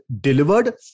delivered